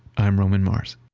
i'm roman mars.